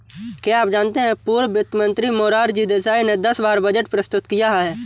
क्या आप जानते है पूर्व वित्त मंत्री मोरारजी देसाई ने दस बार बजट प्रस्तुत किया है?